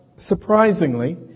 Surprisingly